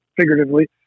figuratively